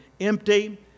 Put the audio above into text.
empty